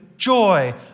joy